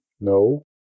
no